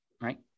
right